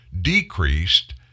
decreased